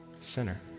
sinner